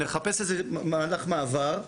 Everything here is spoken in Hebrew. נחפש איזה מהלך מעבר,